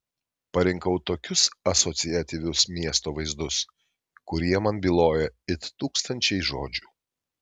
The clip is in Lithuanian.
parinkau tokius asociatyvius miesto vaizdus kurie man byloja it tūkstančiai žodžių